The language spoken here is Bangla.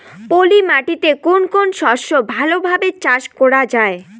পলি মাটিতে কোন কোন শস্য ভালোভাবে চাষ করা য়ায়?